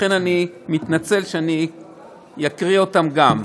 לכן אני מתנצל שאני אקריא אותם גם.